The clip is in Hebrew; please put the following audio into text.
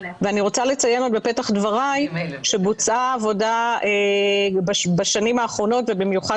ואני רוצה לציין בפתח דבריי שבוצעה עבודה בשנים האחרונות ובמיוחד